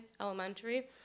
Elementary